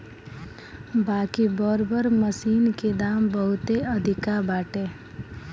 बाकि बड़ बड़ मशीन के दाम बहुते अधिका बाटे